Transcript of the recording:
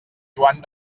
joan